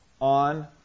on